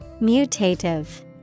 Mutative